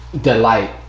delight